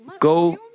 go